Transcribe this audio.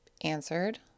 answered